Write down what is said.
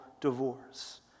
divorce